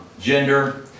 gender